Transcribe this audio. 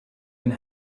and